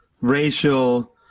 racial